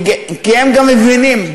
כי הם גם מבינים,